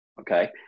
okay